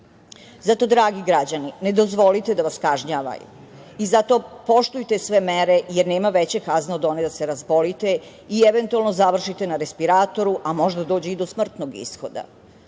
dragi građani, ne dozvolite da vas kažnjavaju i zato poštujte sve mere, jer nema veće kazne od one da se razbolite i eventualno završite na respiratoru, a možda dođe i do smrtnog ishoda.